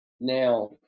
now